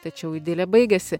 tačiau idilė baigėsi